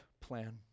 plan